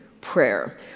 prayer